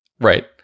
Right